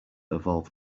evolved